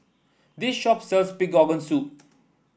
this shop sells Pig Organ Soup